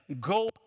go